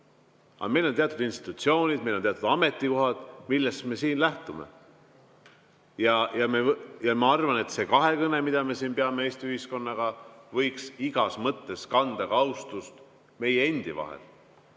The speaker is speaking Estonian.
Aga meil on teatud institutsioonid, meil on teatud ametikohad, millest me siin lähtume. Ma arvan, et see kahekõne, mida me peame Eesti ühiskonnaga, võiks igas mõttes kanda ka austust meie endi vahel.